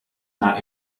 not